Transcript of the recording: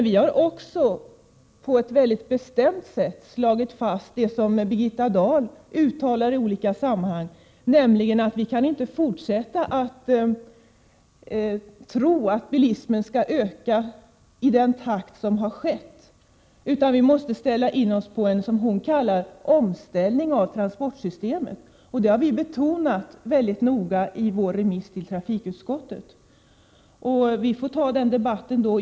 Vi har också på ett mycket bestämt sätt slagit fast vad Birgitta Dahl uttalar i olika sammanhang, nämligen att vi inte kan fortsätta att tro att bilismen skall öka i den takt som har skett hittills, utan vi måste ställa in oss på en, som hon kallar det, omställning av transportsystemet. Det har vi betonat mycket starkt i vår remiss till trafikutskottet, men den debatten får vi ta nästa vecka.